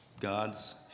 God's